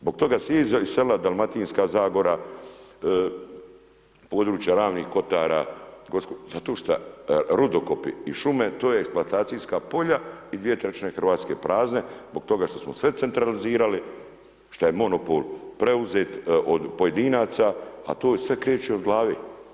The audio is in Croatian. Zbog toga svi iz sela Dalmatinska zagora, područje ravnih kotara, zato što rudokopi i šume to je eksploatacijskih polja i 2/3 Hrvatske prazne, zbog toga što smo sve centralizirali, što je monopol preuzet od pojedinaca, a to sve kreće od glave.